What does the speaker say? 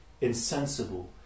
insensible